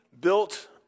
built